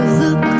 look